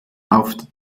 auf